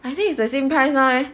I think it's the same price lah